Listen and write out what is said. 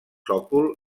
sòcol